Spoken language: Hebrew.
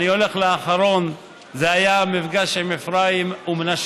אני הולך לאחרון, זה היה המפגש של אפרים ומנשה.